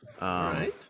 right